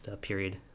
period